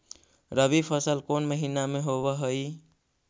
रबी फसल कोन महिना में होब हई?